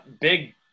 big